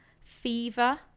fever